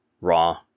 Raw